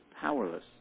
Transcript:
powerless